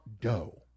dough